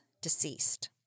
Deceased